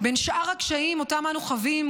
בין שאר הקשיים שאותם אנחנו חווים,